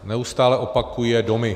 Neustále opakuje domy.